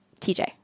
tj